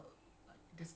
oh shiok